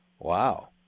Wow